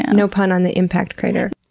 ah no pun on the impact crater.